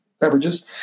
beverages